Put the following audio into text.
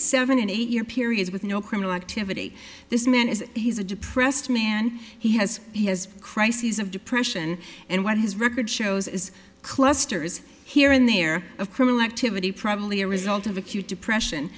seven and eight year periods with no criminal activity this man is he's a depressed man he has he has crises of depression and when his record shows is clusters here in the air of criminal activity probably a result of acute depression